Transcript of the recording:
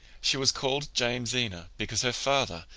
she was called jamesina because her father,